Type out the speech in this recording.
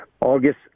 August